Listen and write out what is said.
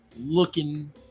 looking